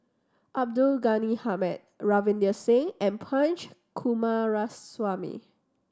Abdul Ghani Hamid Ravinder Singh and Punch Coomaraswamy